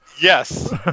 Yes